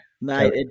Mate